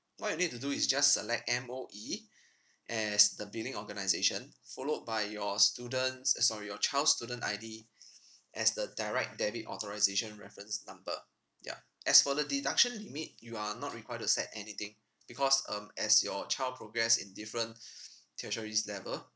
what you need to do is just select M_O_E as the billing organisation followed by your student's uh sorry your child's student I_D as the direct debit authorisation reference number yup as for the deduction limit you are not required to set anything because um as your child progress in different tertiary's level